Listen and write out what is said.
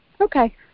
Okay